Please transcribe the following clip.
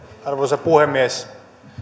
arvoisa puhemies